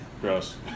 Gross